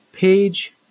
Page